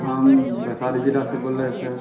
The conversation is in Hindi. हम वैशाली ज़िला से बोल रहे हैं सर